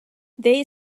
they